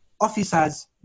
officers